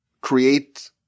create